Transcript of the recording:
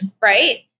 right